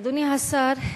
אדוני השר,